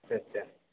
আচ্ছা